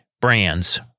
brands